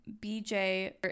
BJ